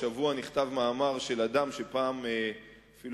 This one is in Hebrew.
השבוע נכתב מאמר על-ידי אדם שפעם אפילו